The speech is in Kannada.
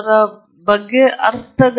ಖಂಡಿತವಾಗಿಯೂ ಕೆಲವು ಭಿನ್ನತೆ ಇರುತ್ತದೆ